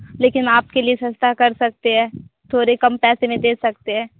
लेकिन आपके लिए सस्ता कर सकते हैं थोड़े कम पैसे में दे सकते हैं